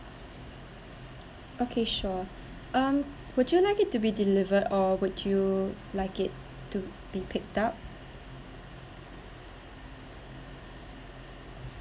okay sure um would you like it to be delivered or would you like it to be picked up